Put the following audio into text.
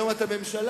היום אתם ממשלה,